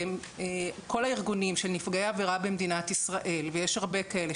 כל הארגונים של נפגעי עבירה במדינת ישראל ויש הרבה כאלה,